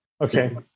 Okay